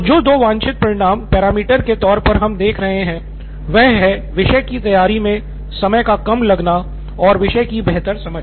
तो जो दो वांछित परिणाम पैरामीटर के तौर पर हम देख रहे हैं वह हैं विषय की तैयारी मे समय का कम लगना और विषय की बेहतर समझ